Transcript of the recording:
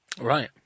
right